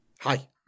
Hi